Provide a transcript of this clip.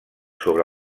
sobre